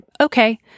okay